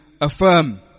affirm